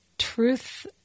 truth